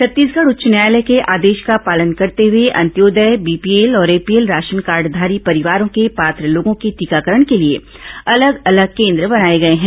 छत्तीसगढ़ उच्च न्यायालय के आदेश का पालन करते हुए अंत्योदय बीपीएल और एपीएल राशन कार्डधारी परिवारों के पात्र लोगों के टीकाकरण के लिए अलग अलग केन्द्र बनाए गए हैं